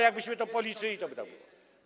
Jakbyśmy to policzyli, toby tak było.